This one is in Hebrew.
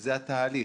זה התהליך.